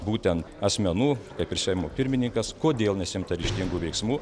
būtent asmenų kaip ir seimo pirmininkas kodėl nesiimta ryžtingų veiksmų